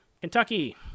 Kentucky